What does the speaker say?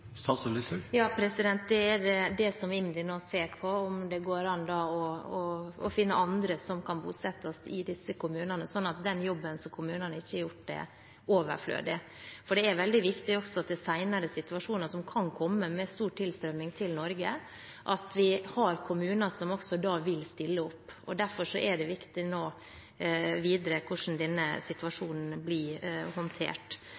Det er det IMDi nå ser på, om det går an å finne andre som kan bosettes i disse kommunene, sånn at den jobben kommunene har gjort, ikke er overflødig. Det er veldig viktig også til senere situasjoner som kan komme, med stor tilstrømming til Norge, at vi har kommuner som også da vil stille opp. Derfor er det nå viktig hvordan denne situasjonen videre blir håndtert.